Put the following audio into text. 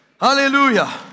hallelujah